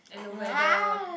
and the weather